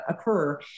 occur